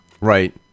right